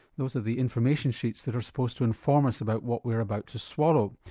those are the information sheets that are supposed to inform us about what we're about to swallow.